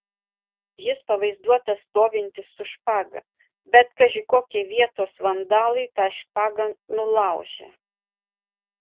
jis pavaizduotas stovintis su špaga bet kaži kokie vietos vandalai tą špagą nulaužė